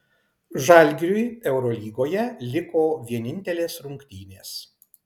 žalgiriui eurolygoje liko vienintelės rungtynės